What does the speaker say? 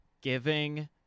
giving